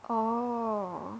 orh